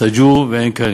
סאג'ור ועין-קניה.